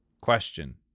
Question